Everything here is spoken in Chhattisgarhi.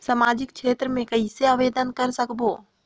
समाजिक क्षेत्र मे कइसे आवेदन कर सकबो?